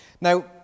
now